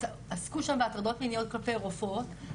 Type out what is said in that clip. עסקו שם בהטרדות מיניות כלפי רופאות.